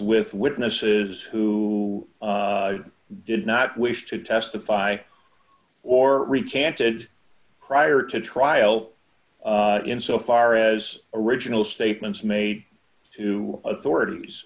with witnesses who did not wish to testify or recanted prior to trial in so far as original statements made to authorities